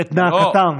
את בקשתם?